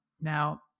Now